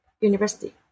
university